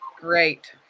Great